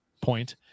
point